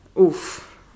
Oof